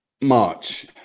March